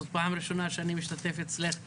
זו פעם ראשונה שאני משתתף אצלך בוועדה.